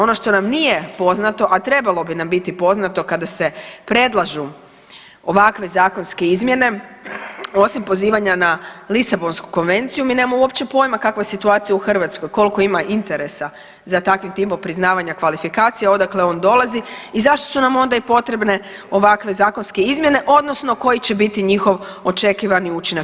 Ono što nam nije poznato a trebalo bi nam biti poznato kada se predlažu ovakve zakonske izmjene osim pozivanja na Lisabonsku konvenciju mi nemamo uopće pojma kakva je situacija u hrvatskoj, koliko ima interesa za takvim tipom priznavanja kvalifikacija, odakle on dolazi i zašto su nam onda i potrebne ovakve zakonske izmjene, odnosno koji će biti njihov očekivani učinak.